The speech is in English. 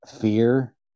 fear